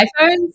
iPhones